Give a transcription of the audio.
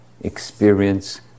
Experience